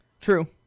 True